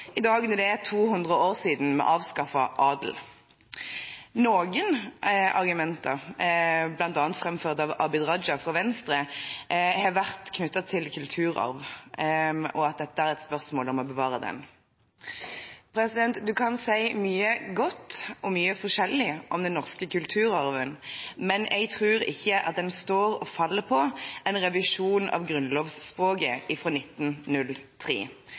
er 200 år siden vi avskaffet adelen. Noen argumenter, bl.a. framført av Abid Q. Raja fra Venstre, har vært knyttet til kulturarv, og at dette er et spørsmål om å bevare den. Du kan si mye godt og mye forskjellig om den norske kulturarven, men jeg tror ikke den står og faller på en revisjon av grunnlovsspråket fra 1903.